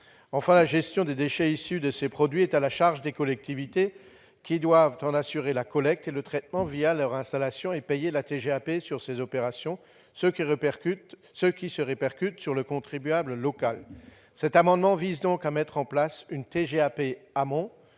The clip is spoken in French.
la gestion des déchets issus de ces produits est à la charge des collectivités, qui doivent en assurer la collecte et le traitement leurs installations et payer la TGAP sur ces opérations, ce qui se répercute sur le contribuable local. Cet amendement vise donc à mettre en place une TGAP amont,